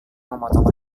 memotong